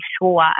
sure